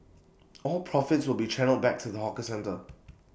all profits will be channelled back to the hawker centre